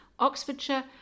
Oxfordshire